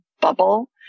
bubble